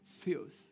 feels